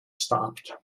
stopped